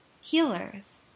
healers